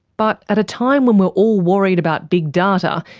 but at a time when we're all worried about big data,